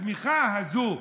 הצמיחה הזו,